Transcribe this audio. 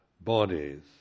bodies